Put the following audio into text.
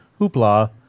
hoopla